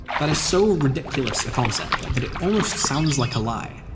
that is so ridiculous a concept that it almost sounds like a lie,